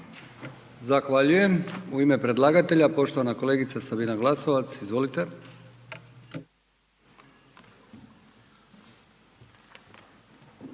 Zahvaljujem. U ime predlagatelja, poštovana kolegica Sabina Glasovac, izvolite.